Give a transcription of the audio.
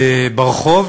ברחוב,